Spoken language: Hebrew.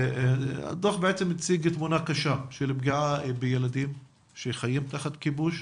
הדוח בעצם מציג תמונה קשה של פגיעה בילדים שחיים תחת כיבוש,